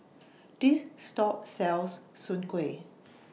This Shop sells Soon Kueh